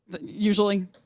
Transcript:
usually